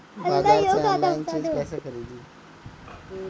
बाजार से आनलाइन चीज कैसे खरीदी?